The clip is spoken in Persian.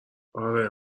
آره